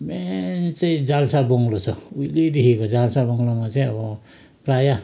main चाहिँ Jalsa bungalow छ उहिलेदेखिको जाल्सा बङ्गलोमा चाहिँ अब प्राय